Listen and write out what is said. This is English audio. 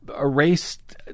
erased